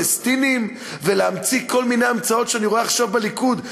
פלסטינים ולהמציא כל מיני המצאות שאני רואה עכשיו בליכוד,